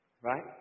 Right